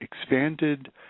Expanded